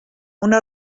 una